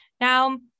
Now